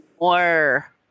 More